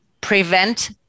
prevent